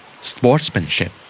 Sportsmanship